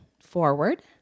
forward